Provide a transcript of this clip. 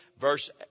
Verse